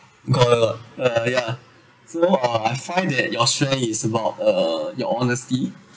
got uh yeah so uh I find that your strength is about uh your honesty